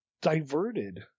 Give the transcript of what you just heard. diverted